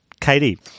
Katie